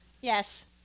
Yes